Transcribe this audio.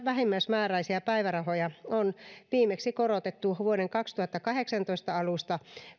vähimmäismääräisiä päivärahoja on korotettu viimeksi vuoden kaksituhattakahdeksantoista alusta